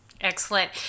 Excellent